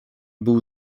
był